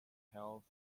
health